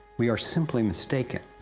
we are simply mistaken!